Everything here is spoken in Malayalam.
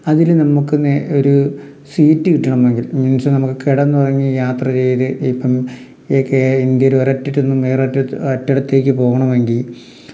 അതിൽ നമുക്ക് ഒരു സീറ്റ് കിട്ടണമെങ്കിൽ മീൻസ് നമുക്ക് കിടന്നുറങ്ങി യാത്ര ചെയ്തു ഇപ്പം ഇന്ത്യയിൽ ഒരു അറ്റത്തു നിന്നും വേറൊരറ്റത്തേക്ക് പോകണമെങ്കിൽ